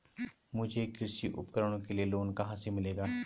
मुझे कृषि उपकरणों के लिए लोन कहाँ से मिलेगा?